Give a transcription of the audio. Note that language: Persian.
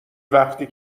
وقتی